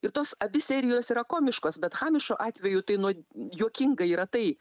ir tos abi serijos yra komiškos bet hamišo atveju tai nuo juokinga yra tai